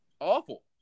Awful